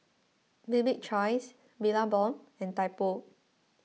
Bibik's Choice Billabong and Typo